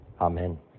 Amen